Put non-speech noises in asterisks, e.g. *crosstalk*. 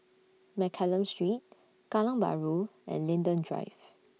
*noise* Mccallum Street Kallang Bahru and Linden Drive